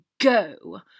go